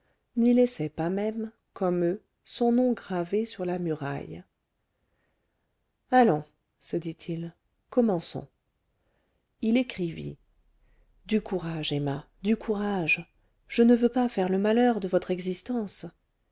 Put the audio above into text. n'y laissait pas même comme eux son nom gravé sur la muraille allons se dit-il commençons il écrivit du courage emma du courage je ne veux pas faire le malheur de votre existence